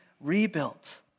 rebuilt